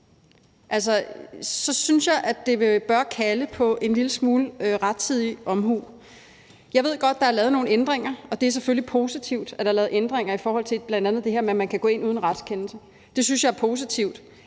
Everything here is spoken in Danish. form, så synes jeg, det bør kalde på en lille smule rettidig omhu. Jeg ved godt, der er lavet nogle ændringer, og det er selvfølgelig positivt, at der er lavet ændringer i forhold til bl.a. det her med, at man kan gå ind uden retskendelse. Det synes jeg er positivt.